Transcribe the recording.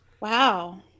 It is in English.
Wow